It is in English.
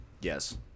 Yes